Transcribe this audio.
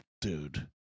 dude